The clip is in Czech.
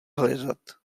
hledat